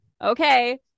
Okay